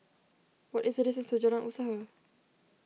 what is the distance to Jalan Usaha